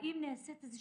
האם נעשית איזו